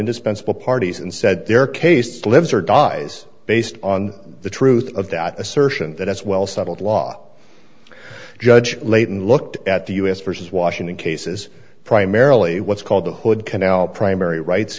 indispensable parties and said their case lives or dies based on the truth of that assertion that as well settled law judge layton looked at the u s versus washington cases primarily what's called the hood canal primary rights